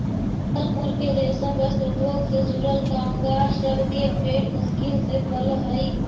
भागलपुर के रेशम वस्त्र उद्योग से जुड़ल कामगार सब के पेट मुश्किल से पलऽ हई